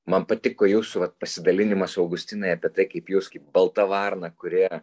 man patiko jūsų vat pasidalinimas augustinai apie tai kaip jūs kaip balta varna kuri